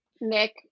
Nick